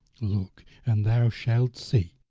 look, and thou shalt see.